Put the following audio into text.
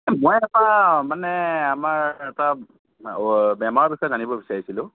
মই এটা মানে আমাৰ এটা বেমাৰৰ বিষয়ে জানিব বিচাৰিছিলোঁ